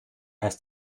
has